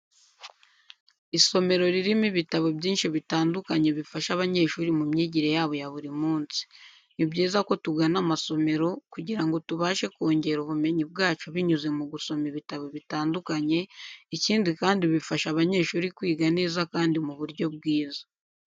Isomero ririmo ibitabo byinshi bitandukanye bifasha abanyeshuri mu myigire yabo ya buri munsi. Ni byiza ko tugana amasomero kugira ngo tubashe kongera ubumenyi bwacu binyuze mu gusoma ibitabo bitandukanye, ikindi kandi bifasha abanyeshuri kwiga neza kandi mu buryo bwiza.